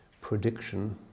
prediction